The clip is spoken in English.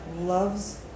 loves